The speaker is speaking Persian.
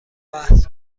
بحث